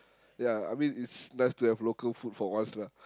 ya I mean it's nice to have local food for once lah